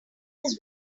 his